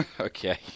Okay